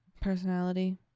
Personality